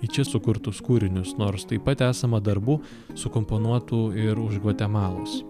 į čia sukurtus kūrinius nors taip pat esama darbų sukomponuotų ir už gvatemalos